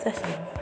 जासिगोनदे